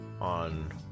on